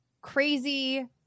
crazy